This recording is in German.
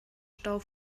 stau